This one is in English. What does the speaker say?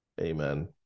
Amen